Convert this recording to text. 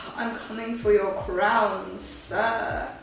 i'm coming for your crowns